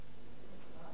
חבר הכנסת נסים זאב,